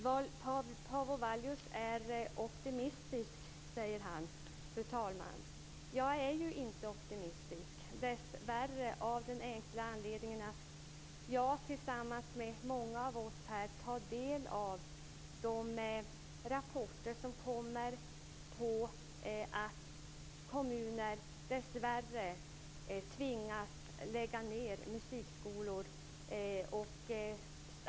Paavo Vallius är optimistisk, säger han. Fru talman! Jag är ju inte optimistisk av den enkla anledningen att jag tillsammans med många av oss här tar del av de rapporter som kommer om att kommuner dessvärre tvingas lägga ned musikskolor.